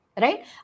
Right